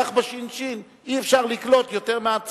כך בש"ש אי-אפשר לקלוט יותר.